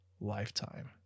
lifetime